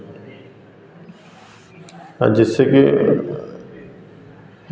आ जिससे कि